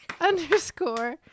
underscore